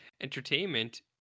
Entertainment